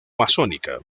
masónica